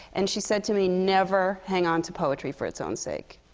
and she said to me, never hang on to poetry for its own sake.